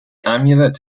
amulet